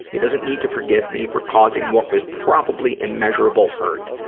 he doesn't need to forgive me for causing what was probably immeasurable hurt.